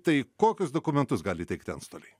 tai kokius dokumentus gali įteikti antstoliai